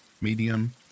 medium